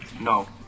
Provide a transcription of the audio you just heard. No